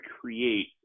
create